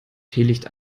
teelicht